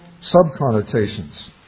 subconnotations